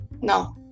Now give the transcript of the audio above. no